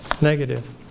Negative